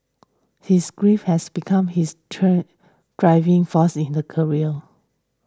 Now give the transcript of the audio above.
his grief has become his driving force in the career